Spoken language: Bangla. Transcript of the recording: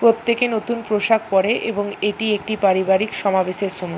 প্রত্যেকে নতুন পোশাক পরে এবং এটি একটি পারিবারিক সমাবেশের সময়